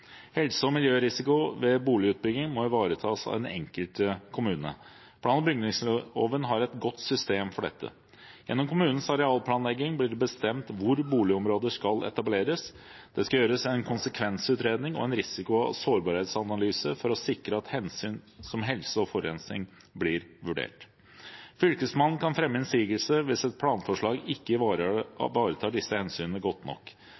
Helse- og miljørisiko ved boligutbygging må ivaretas av den enkelte kommune. Plan- og bygningsloven har et godt system for dette. Gjennom kommunens arealplanlegging blir det bestemt hvor boligområder skal etableres. Det skal gjøres en konsekvensutredning og en risiko- og sårbarhetsanalyse for å sikre at hensyn som helse og forurensning blir vurdert. Fylkesmannen kan fremme innsigelse hvis et planforslag ikke ivaretar disse hensynene godt nok.